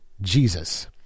Jesus